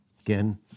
Again